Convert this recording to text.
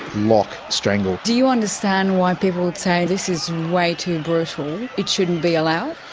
lock, strangle. do you understand why people would say this is way too brutal. it shouldn't be allowed'?